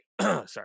sorry